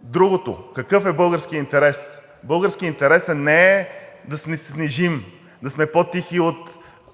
Другото – какъв е българският интерес? Българският интерес не е да се снижим, да сме по-тихи